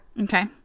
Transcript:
Okay